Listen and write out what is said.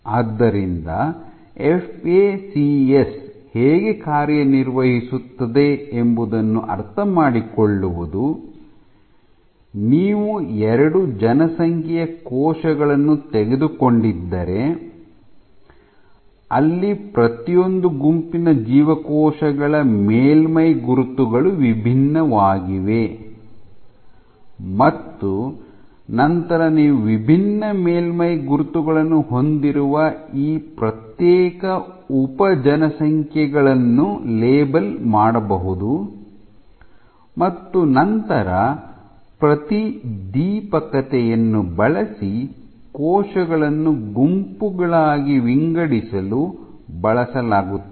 ಆದ್ದರಿಂದ ಎಫ್ಎಸಿಎಸ್ ಹೇಗೆ ಕಾರ್ಯನಿರ್ವಹಿಸುತ್ತದೆ ಎಂಬುದನ್ನು ಅರ್ಥಮಾಡಿಕೊಳ್ಳುವುದು ನೀವು ಎರಡು ಜನಸಂಖ್ಯೆಯ ಕೋಶಗಳನ್ನು ತೆಗೆದುಕೊಂಡಿದ್ದರೆ ಅಲ್ಲಿ ಪ್ರತಿಯೊಂದು ಗುಂಪಿನ ಜೀವಕೋಶಗಳ ಮೇಲ್ಮೈ ಗುರುತುಗಳು ವಿಭಿನ್ನವಾಗಿವೆ ಮತ್ತು ನಂತರ ನೀವು ವಿಭಿನ್ನ ಮೇಲ್ಮೈ ಗುರುತುಗಳನ್ನು ತೋರಿಸುವ ಈ ಪ್ರತ್ಯೇಕ ಉಪ ಜನಸಂಖ್ಯೆಗಳನ್ನು ಲೇಬಲ್ ಮಾಡಬಹುದು ಮತ್ತು ನಂತರ ಪ್ರತಿದೀಪಕತೆಯನ್ನು ಬಳಸಿ ಕೋಶಗಳನ್ನು ಗುಂಪುಗಳಾಗಿ ವಿಂಗಡಿಸಲು ಬಳಸಲಾಗುತ್ತದೆ